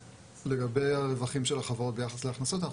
לגבי הרווחים של החברות ביחס להכנסות אנחנו